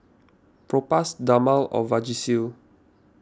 Propass Dermale and Vagisil